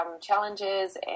challenges